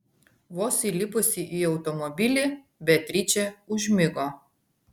vos įlipusi į automobilį beatričė užmigo